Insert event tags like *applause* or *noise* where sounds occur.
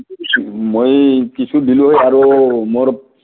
*unintelligible* মই কিছু দিলো হয় আৰু মোৰ